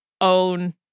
own